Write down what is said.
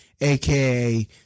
AKA